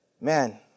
man